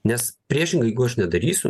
nes priešingai jeigu aš nedarysiu